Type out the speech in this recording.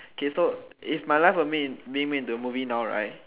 okay so if my life was being made into a movie now right